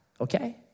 okay